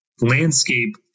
landscape